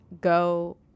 go